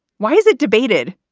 why is it debated?